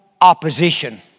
Opposition